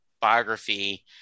biography